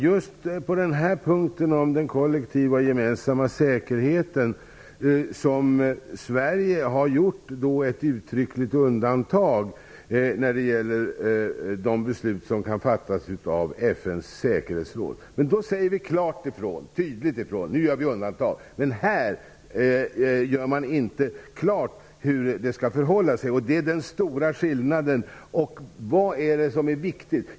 Herr talman! Det är just på punkten om den kollektiva gemensamma säkerheten som Sverige har gjort ett uttryckligt undantag när det gäller de beslut som kan fattas av FN:s säkerhetsråd. Men då säger vi klart och tydligt ifrån. Nu gör vi undantag. Men här gör man inte klart hur det skall förhålla sig. Det är den stora skillnaden. Vad är det som är viktigt?